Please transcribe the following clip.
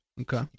Okay